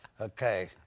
Okay